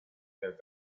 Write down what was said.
del